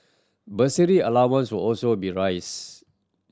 bursary allowance will also be rise